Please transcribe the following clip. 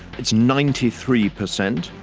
it's ninety three percent,